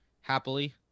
happily